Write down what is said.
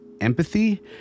empathy